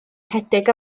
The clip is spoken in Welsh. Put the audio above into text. rhedeg